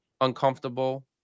uncomfortable